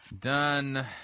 done